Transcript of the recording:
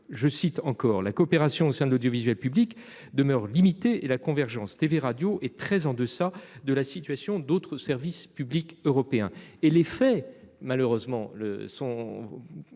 je cite encore, la coopération au sein de l'audiovisuel public demeure limitée et la convergence TV, radio et très en deçà de la situation d'autres services publics européens et les faits malheureusement le sont.